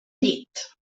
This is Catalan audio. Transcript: llit